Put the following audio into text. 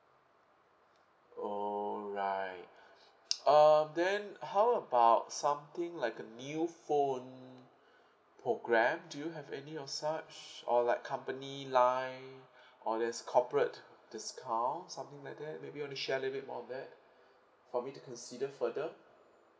alright uh then how about something like a new phone program do you have any of such or like company line or there's corporate discount something like that maybe you want to share a little bit more of that for me to consider further